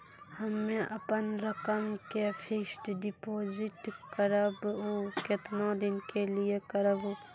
हम्मे अपन रकम के फिक्स्ड डिपोजिट करबऽ केतना दिन के लिए करबऽ?